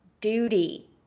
duty